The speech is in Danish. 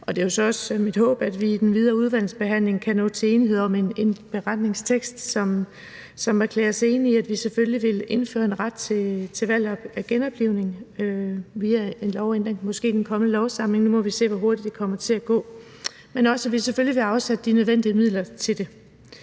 Og det er jo så også mit håb, at vi i den videre udvalgsbehandling kan nå til enighed om en beretningstekst, hvor vi erklærer os enige i, at vi selvfølgelig vil indføre en ret til ikke at blive genoplivet via en lovændring, måske i den kommende lovsamling – nu må vi se, hvor hurtigt det kommer til at gå – men selvfølgelig også om, at vi vil afsætte de nødvendige midler til det.